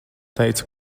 teica